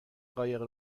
قایق